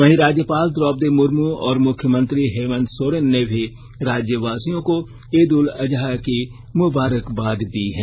वहीं राज्यपाल द्रौपदी मुर्मू और मुख्यमंत्री हेमंत सोरेन ने भी राज्यवासियों को ईद उल अजहा की मुबारकबाद दी है